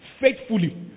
faithfully